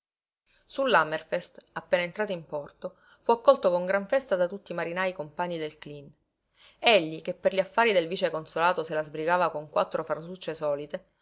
su l'hammerfest appena entrato in porto fu accolto con gran festa da tutti i marinai compagni del cleen egli che per gli affari del viceconsolato se la sbrigava con quattro frasucce solite